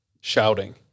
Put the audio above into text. Shouting